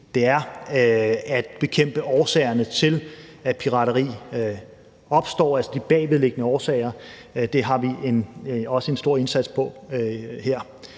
det er at bekæmpe årsagerne til, at pirateri opstår, altså de bagvedliggende årsager. Det gør vi også her en stor indsats for.